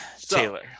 Taylor